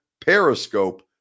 Periscope